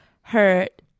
hurt